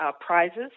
prizes